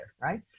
right